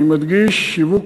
אני מדגיש: שיווק